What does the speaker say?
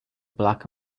black